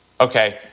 okay